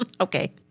Okay